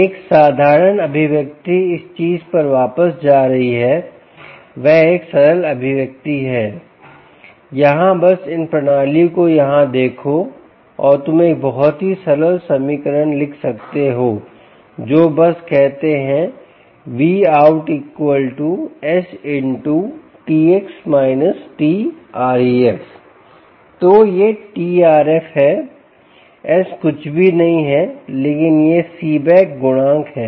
एक साधारण अभिव्यक्ति इस चीज़ पर वापस जा रही है वह एक सरल अभिव्यक्ति है यहाँ बस इन प्रणालियों को यहाँ देखो और तुम एक बहुत ही सरल समीकरण लिख सकते हो जो बस कहते हैं VoutS× Tx−TREF तो यह TREF है S कुछ भी नहीं है लेकिन यह सीबेक गुणांक है